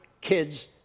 kids